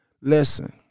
listen